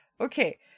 Okay